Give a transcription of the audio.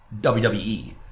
wwe